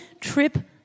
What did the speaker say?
trip